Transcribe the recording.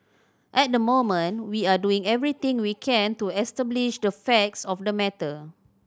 at the moment we are doing everything we can to establish the facts of the matter